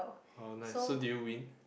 oh nice so did you win